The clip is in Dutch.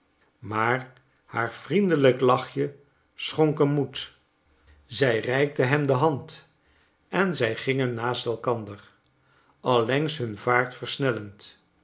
maar haar vriendelijk lachje schonk hem moed zij reikte hem de hand en zij gingen naast elkander allengs hun vaart versnellend